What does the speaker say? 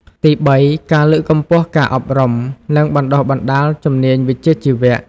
ទីបី ការលើកកម្ពស់ការអប់រំ និងបណ្តុះបណ្តាលជំនាញវិជ្ជាជីវៈ។